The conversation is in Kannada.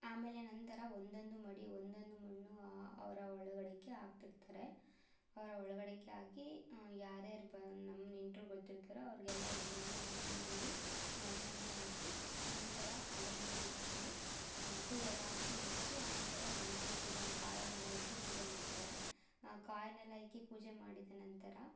ಆಮೇಲೆ ನಂತರ ಒಂದೊಂದು ಮಡಿ ಒಂದೊಂದು ಮಣ್ಣು ಅವರ ಒಳ್ಗಡಿಕ್ಕೆ ಹಾಕ್ತಿರ್ತಾರೆ ಅವರ ಒಳ್ಗಡಿಕ್ಕೆ ಹಾಕಿ ಯಾರ್ಯಾರು ಬನ್ ನಮ್ಮ ನೆಂಟರು ಗೊತ್ತಿರ್ತಾರೊ ಅವ್ರಿಗೆಲ್ಲ ಒಂದೊಂದು ಹಿಡಿ ಮಣ್ಣನ್ನು ಹಾಕಿ ನಂತರ ಅದನ್ನು ಮುಚ್ಚಿ ಫುಲ್ ಎಲ್ಲ ಹಾಕಿ ಮುಚ್ಚಿ ಆನಂತರ ಗುಂಡಿಗೆ ಪೂಜೆ ಮು ಕಾಯನ್ನೆಲ್ಲ ಇಕ್ಕಿ ಪೂಜೆ ಮಾಡ್ತಾರೆ ಕಾಯನ್ನೆಲ್ಲ ಇಕ್ಕಿ ಪೂಜೆ ಮಾಡಿದ ನಂತರ